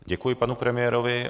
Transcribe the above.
Děkuji panu premiérovi.